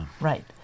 Right